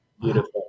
Beautiful